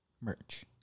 merch